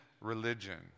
religion